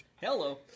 Hello